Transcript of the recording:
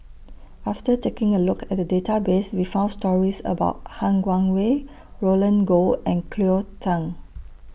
after taking A Look At The Database We found stories about Han Guangwei Roland Goh and Cleo Thang